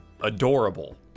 adorable